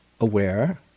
aware